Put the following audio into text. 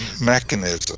mechanism